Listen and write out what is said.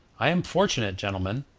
i am fortunate, gentlemen,